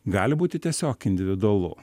gali būti tiesiog individualu